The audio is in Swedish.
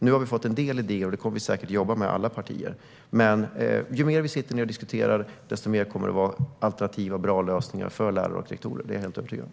Nu har vi fått en del i det, och det kommer vi säkert att jobba med, alla partier. Men ju mer vi sitter ned och diskuterar, desto mer av alternativa och bra lösningar kommer det för lärare och rektorer. Det är jag helt övertygad om.